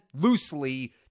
loosely